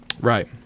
Right